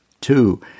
Two